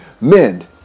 MEND